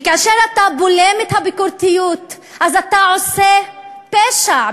וכאשר אתה בולם את הביקורתיות אתה עושה פשע.